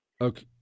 Okay